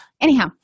Anyhow